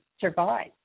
survive